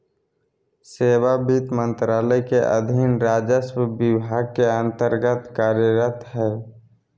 सेवा वित्त मंत्रालय के अधीन राजस्व विभाग के अन्तर्गत्त कार्यरत हइ